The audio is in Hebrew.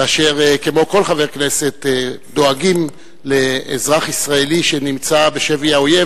ואשר כמו כל חבר כנסת דואגים לאזרח ישראלי שנמצא בשבי האויב,